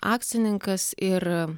akcininkas ir